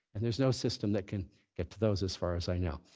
and there's no system that can get to those, as far as i know.